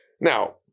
now